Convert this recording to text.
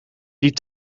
die